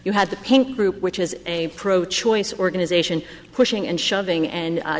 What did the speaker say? you had the pink group which is a pro choice organization pushing and shoving and